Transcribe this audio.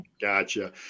Gotcha